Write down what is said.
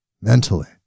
mentally